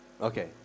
Okay